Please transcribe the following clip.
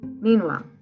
Meanwhile